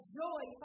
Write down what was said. joy